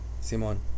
simon